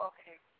Okay